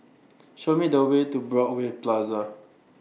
Show Me The Way to Broadway Plaza